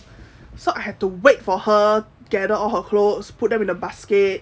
so I had to wait for her gather all her clothes put them in a basket